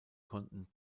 konnten